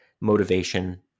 motivation